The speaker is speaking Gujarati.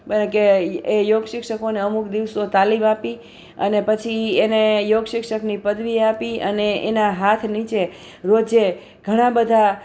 એ યોગ શિક્ષકોને અમુક દિવસો તાલીમ આપી અને પછી એને યોગ શિક્ષકની પદવી આપી અને એના હાથ નીચે રોજે ઘણા બધા